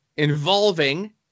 Involving